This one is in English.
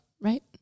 right